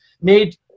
made